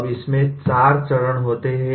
अब इसमें 4 चरण होते हैं